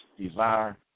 desire